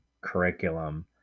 curriculum